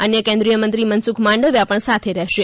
અન્ય કેન્દ્રિય મંત્રી મનસૂખ માંડવિયા પણ સાથે રહેશે